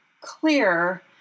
clear